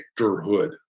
victorhood